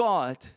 God